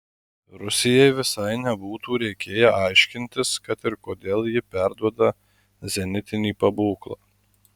rusijai visai nebūtų reikėję aiškintis kad ir kodėl ji perduoda zenitinį pabūklą